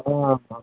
हँ हँ